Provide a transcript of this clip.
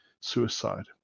suicide